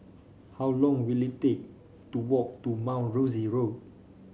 how long will it take to walk to Mount Rosie Road